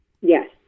Yes